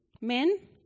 men